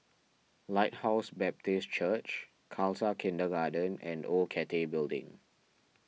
Lighthouse Baptist Church Khalsa Kindergarten and Old Cathay Building